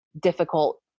difficult